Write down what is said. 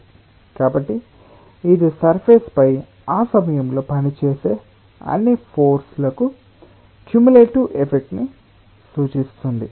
కాబట్టి ఇది సర్ఫేస్ పై ఆ సమయంలో పనిచేసే అన్ని ఫోర్స్ ల కుములేటివ్ ఎఫెక్ట్ ని సూచిస్తుంది